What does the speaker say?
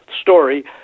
story